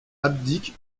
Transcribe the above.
abdique